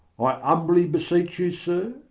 i humbly beseech you, sir,